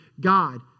God